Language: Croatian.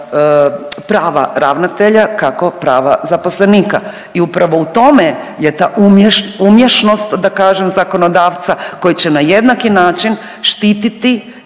prava ravnatelja kako prava zaposlenika. I upravo u tome je ta umješnost da kažem zakonodavca koji će na jednaki način štiti i